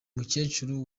mukecuru